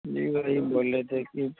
جی وہی بول رہے تھے کہ